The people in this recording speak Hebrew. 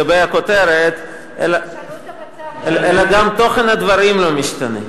לגבי הכותרת, אלא גם תוכן הדברים לא משתנה.